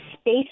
space